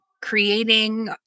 Creating